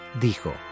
dijo